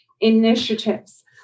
initiatives